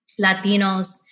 Latinos